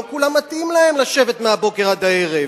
לא כולם מתאים להם לשבת מהבוקר עד הערב.